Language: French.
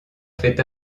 fait